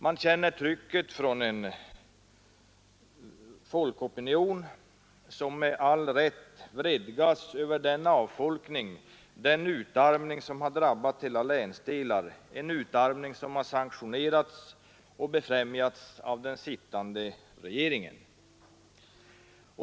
Man känner trycket från en folkopinion som med all rätt vredgas över den avfolkning och utarmning som har drabbat hela länsdelar, en utarmning som har sanktionerats och befrämjats av den sittande regeringen.